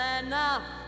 enough